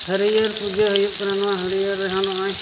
ᱦᱟᱹᱨᱭᱟᱹᱲ ᱯᱩᱡᱟᱹ ᱦᱩᱭᱩᱜ ᱠᱟᱱᱟ ᱱᱚᱣᱟ ᱦᱟᱹᱨᱭᱟᱹᱲ ᱨᱮᱦᱚᱸ ᱱᱚᱜᱼᱚᱭ